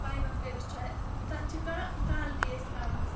پایونٛد کٔرِتھ چھِ تَتھ چھِ کانٛہہ کوالٹۍ أسۍ ترٛاوان سۭتۍ